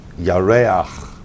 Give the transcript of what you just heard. Yareach